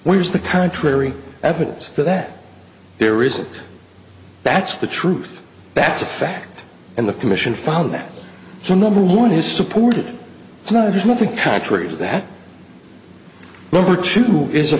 where's the contrary evidence for that there is it that's the truth that's a fact and the commission found that so number one has supported it's no there's nothing contrary to that number two is a